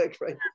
right